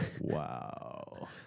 Wow